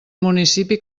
municipi